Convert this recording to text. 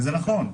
וזה נכון.